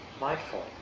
mindful